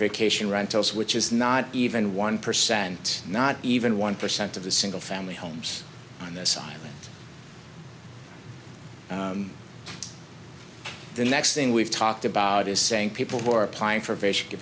three cation rentals which is not even one percent not even one percent of the single family homes on this island the next thing we've talked about is saying people who are applying for fish